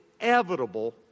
inevitable